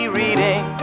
reading